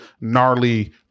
gnarly